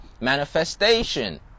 manifestation